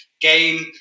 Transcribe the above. game